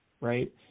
right